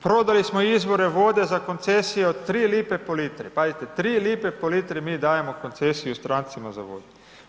Prodali smo izvore vode za koncesije od 3 lipe po litri, pazite, 3 lipe po litri mi dajemo koncesiju strancima za vodu.